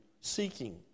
seeking